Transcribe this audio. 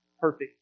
perfect